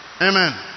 amen